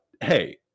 hey